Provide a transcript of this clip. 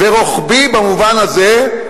ורוחבי במובן הזה,